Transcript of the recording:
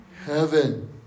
heaven